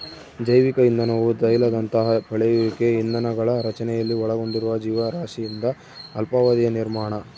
ಜೈವಿಕ ಇಂಧನವು ತೈಲದಂತಹ ಪಳೆಯುಳಿಕೆ ಇಂಧನಗಳ ರಚನೆಯಲ್ಲಿ ಒಳಗೊಂಡಿರುವ ಜೀವರಾಶಿಯಿಂದ ಅಲ್ಪಾವಧಿಯ ನಿರ್ಮಾಣ